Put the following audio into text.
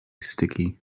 sticky